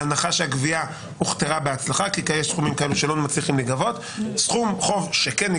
בהנחה שהגבייה הוכתרה בהצלחה כי יש כאלה סכומים שלא מצליחים להיגבות,